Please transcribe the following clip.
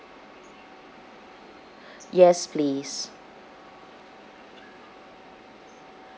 yes please